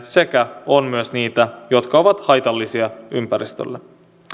ja on myös niitä jotka ovat haitallisia ympäristölle